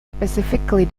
specifically